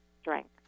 strength